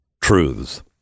truths